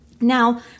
Now